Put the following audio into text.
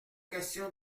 question